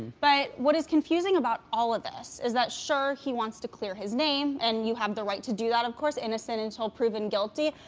but what is confusing about all of this is that, sure, he wants to clear his name and you have the right to do that, of course, innocent until proven guilty.